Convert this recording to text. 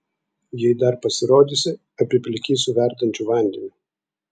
jei dar pasirodysi apiplikysiu verdančiu vandeniu